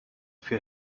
für